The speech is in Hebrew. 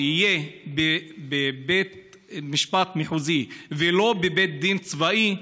יהיה בבית משפט מחוזי ולא בבית דין צבאי,